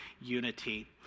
unity